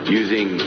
using